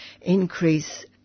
increase